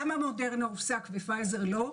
למה מודרנה הופסק ופייזר לא?